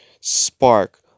spark